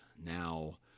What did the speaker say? now